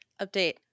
Update